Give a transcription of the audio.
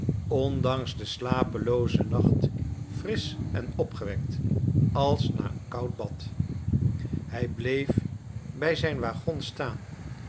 ondanks den slapeloozen nacht frisch en opgewekt als na een koud bad hij bleef bij zijn waggon staan